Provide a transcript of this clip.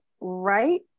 right